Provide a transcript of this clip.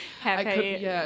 happy